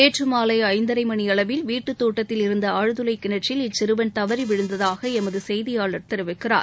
நேற்று மாலை ஐந்தரை மணியளவில் வீட்டு தோட்டத்தில் இருந்த ஆழ்துளைக் கிணற்றில் இச்சிறுவன் தவறி விழுந்ததாக எமது செய்தியாளர் தெரிவிக்கிறார்